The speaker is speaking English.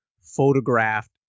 photographed